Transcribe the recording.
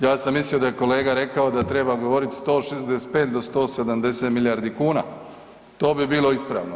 Ja sam mislio da je kolega rekao da treba govoriti 165 do 170 milijardi kuna, to bi bilo ispravno.